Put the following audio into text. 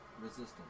resistance